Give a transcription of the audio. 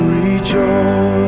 rejoice